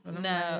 No